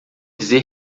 dizer